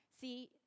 See